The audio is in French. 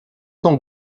son